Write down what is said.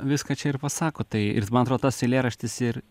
viską čia ir pasako tai ir man atrodo tas eilėraštis ir